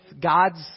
God's